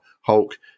Hulk